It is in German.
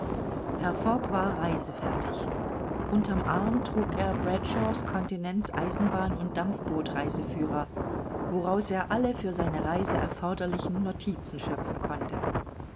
herr fogg war reisefertig unter'm arm trug er bradshaw's continents eisenbahn und dampfboot reiseführer woraus er alle für seine reise erforderlichen notizen schöpfen konnte